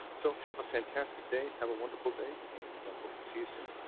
so have a fantastic day. have a wonderful day and hope to see you soon.